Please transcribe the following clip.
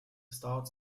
starts